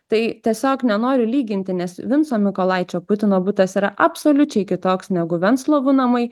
tai tiesiog nenoriu lyginti nes vinco mykolaičio putino butas yra absoliučiai kitoks negu venclovų namai